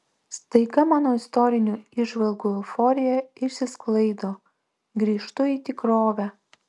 staiga mano istorinių įžvalgų euforija išsisklaido grįžtu į tikrovę